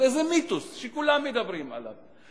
הרי זה מיתוס שכולם מדברים עליו.